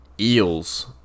eels